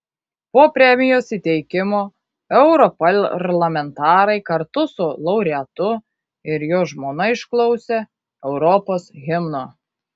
po premijos įteikimo europarlamentarai kartu su laureatu ir jo žmona išklausė europos himno